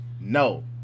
no